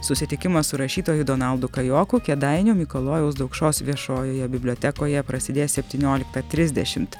susitikimas su rašytoju donaldu kajoku kėdainių mikalojaus daukšos viešojoje bibliotekoje prasidės septynioliktą trisdešimt